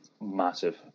massive